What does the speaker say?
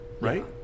right